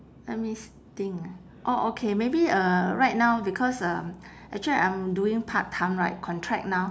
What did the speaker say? let me s~ think ah orh okay maybe uh right now because uh actually I'm doing part time right contract now